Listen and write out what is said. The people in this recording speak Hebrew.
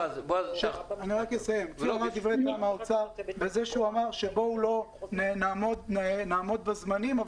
הוא אמר שאולי לא נעמוד בזמנים,